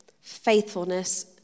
faithfulness